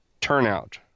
turnout